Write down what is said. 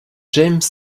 james